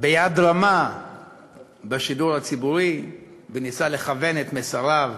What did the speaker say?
ביד רמה בשידור הציבורי וניסה לכוון את מסריו,